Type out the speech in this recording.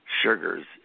sugars